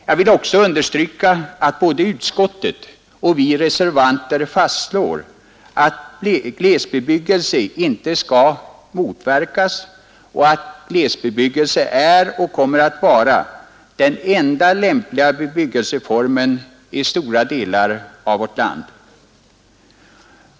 Jag vill också understryka att både utskottet och vi reservanter fastslår att glesbebyggelse inte skall motverkas och att glesbebyggelse är och kommer att vara den enda lämpliga byggnadsformen i stora delar av vårt land.